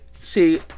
See